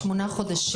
שמונה חודשים.